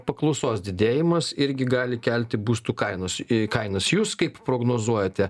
paklausos didėjimas irgi gali kelti būstų kainos ir kainas jūs kaip prognozuojate